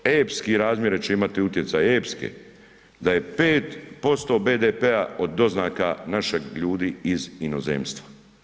Epske razmjere će imati utjecaj, epske da je 5% BDP-a od doznaka naših ljudi iz inozemstva.